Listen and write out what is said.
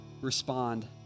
respond